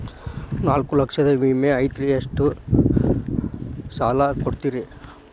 ನಾಲ್ಕು ಲಕ್ಷದ ವಿಮೆ ಐತ್ರಿ ಎಷ್ಟ ಸಾಲ ಕೊಡ್ತೇರಿ?